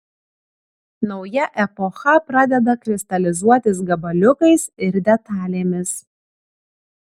nauja epocha pradeda kristalizuotis gabaliukais ir detalėmis